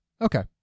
Okay